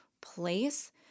place